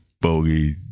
bogey